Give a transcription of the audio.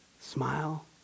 Smile